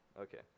okay